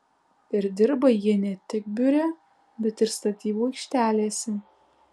ir dirba jie ne tik biure bet ir statybų aikštelėse